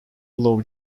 low